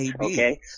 okay